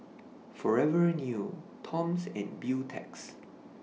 Forever New Toms and Beautex